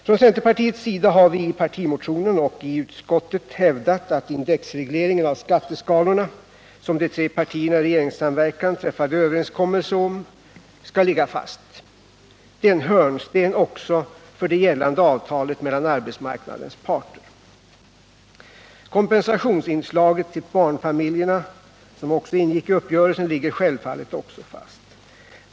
Från centerpartiets sida har vi i partimotionen och i utskottet hävdat att indexregleringen av skatteskalorna, som de tre partierna i regeringssamverkan träffade överenskommelse om, skall ligga fast. Det är en hörnsten också för det gällande avtalet mellan arbetsmarknadens parter. Även kompensationsinslaget till barnfamiljerna, som också ingick i uppgörelsen, ligger självfallet fast.